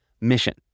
mission